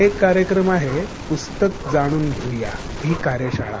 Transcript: एक कार्यक्रम आहे प्स्तक जाणून घेऊया ही कार्यशाळा